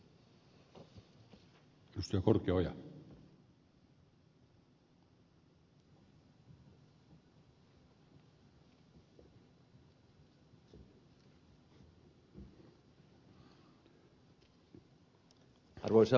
arvoisa puhemies